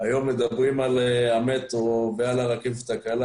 היום מדברים על המטרו ועל הרכבת הקלה